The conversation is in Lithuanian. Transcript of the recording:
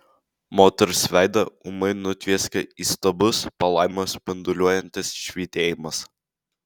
moters veidą ūmai nutvieskė įstabus palaimą spinduliuojantis švytėjimas